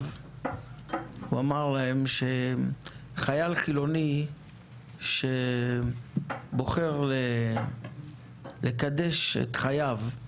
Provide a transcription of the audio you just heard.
הוא אמר להם שחייל חילוני שבוחר לקדש את חייו,